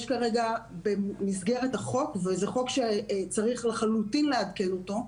יש כרגע במסגרת החוק זה חוק שצריך לחלוטין לעדכן אותו.